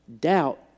doubt